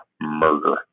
murder